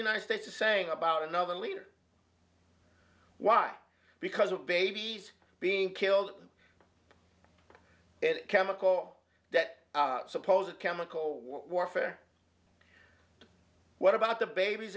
united states is saying about another leader why because of babies being killed it chemical that supposed chemical warfare what about the babies